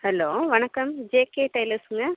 hello வணக்கம் JK டைலர்ஸுங்க